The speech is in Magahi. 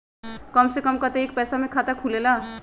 कम से कम कतेइक पैसा में खाता खुलेला?